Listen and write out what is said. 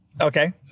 Okay